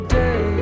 day